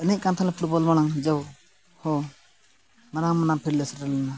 ᱮᱱᱮᱡ ᱠᱟᱱ ᱛᱟᱦᱮᱸᱫ ᱞᱮ ᱯᱷᱩᱴᱵᱚᱞ ᱢᱟᱲᱟᱝ ᱡᱮᱦᱮᱛᱩ ᱢᱟᱨᱟᱝ ᱢᱟᱨᱟᱝ ᱯᱷᱤᱞᱰ ᱞᱮ ᱥᱮᱴᱮᱨ ᱞᱮᱱᱟ